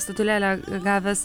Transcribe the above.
statulėlę gavęs